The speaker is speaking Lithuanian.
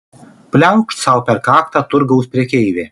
pliaukšt sau per kaktą turgaus prekeivė